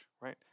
right